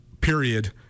period